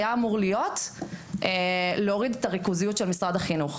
היה אמור להוריד את הריכוזיות של משרד החינוך.